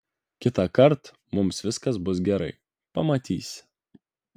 kitąkart mums viskas bus gerai pamatysi